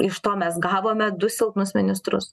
iš to mes gavome du silpnus ministrus